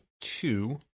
two